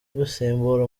gusimbura